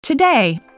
Today